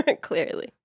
Clearly